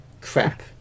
crap